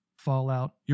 Fallout